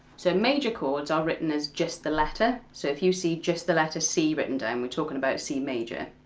so, major chords are written as just the letter, so if you see just the letter c written down we're talking about c major.